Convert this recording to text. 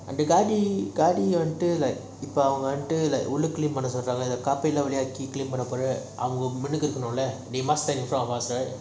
அந்த காடி காடி வந்து:antha gaadi gaadi vantu like இப்போ அவங்க வந்து உள்ளலாம்:ipo avanga vantu ullalam clean பண்ண சொல்ராங்க:panna solranga lah they must sell for us right